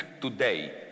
today